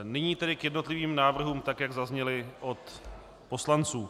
Nyní k jednotlivým návrhům, tak jak zazněly od poslanců.